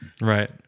Right